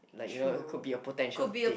like you know could be a potential date